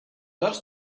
loves